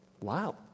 Wow